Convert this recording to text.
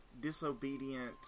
Disobedient